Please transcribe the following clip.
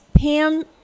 Pam